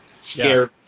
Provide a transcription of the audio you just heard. scare